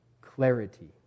clarity